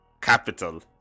capital